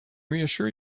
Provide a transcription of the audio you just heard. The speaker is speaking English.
reassure